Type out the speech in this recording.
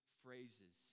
phrases